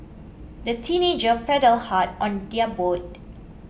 the teenagers paddled hard on their boat